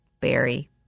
Barry